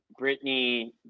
Britney